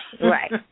Right